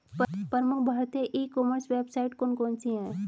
प्रमुख भारतीय e commerce website कौन कौन सी हैं?